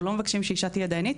אנחנו לא מבקשים שאישה תהיה דיינית,